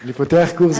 אני פותח קורס,